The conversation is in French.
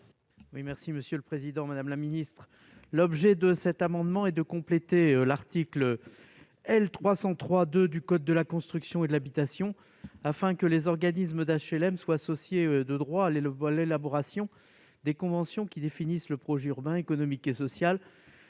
libellé : La parole est à M. Olivier Henno. L'objet du présent amendement est de compléter l'article L. 303-2 du code de la construction et de l'habitation afin que les organismes d'HLM soient associés de droit à l'élaboration des conventions qui définissent le projet urbain, économique et social